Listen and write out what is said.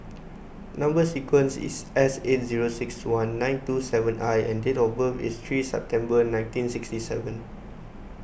Number Sequence is S eight zero six one nine two seven I and date of birth is three September nineteen sixty seven